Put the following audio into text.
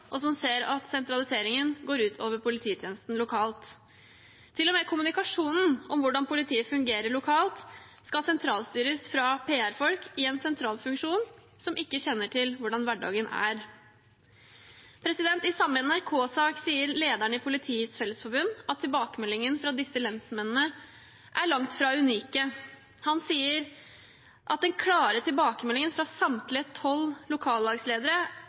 og som ser at sentraliseringen går utover polititjenesten lokalt. Til og med kommunikasjonen om hvordan politiet fungerer lokalt, skal sentralstyres av PR-folk i en sentral funksjon som ikke kjenner til hvordan hverdagen er. I samme NRK-sak sier lederen i Politiets Fellesforbund at tilbakemeldingene fra disse lensmennene er langt fra unike. Han sier: «Den klare tilbakemeldingen fra samtlige 12 lokallagsledere